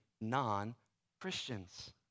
non-Christians